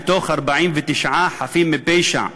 מתוך 49 חפים מפשע,